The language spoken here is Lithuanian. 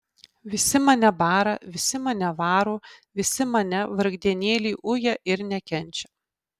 visi mane bara visi mane varo visi mane vargdienėlį uja ir nekenčia